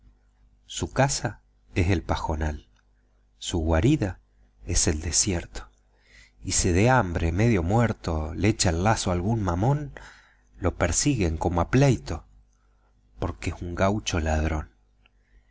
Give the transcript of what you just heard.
su casa es el pajonal su guarida es el desierto y si de hambre medio muerto le echa el lazo a algún mamón lo persiguen como a plaito porque es un gaucho ladrón